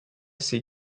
see